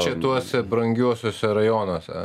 čia tuose brangiuosiuose rajonuose